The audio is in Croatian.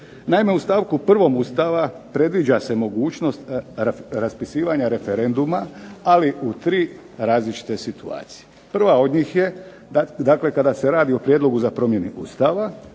Naime u stavku 1. Ustava predviđa se mogućnost raspisivanja referenduma, ali u tri različite situacije. Prva od njih je dakle kada se radi o prijedlogu za promjenu Ustava,